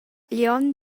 glion